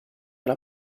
alla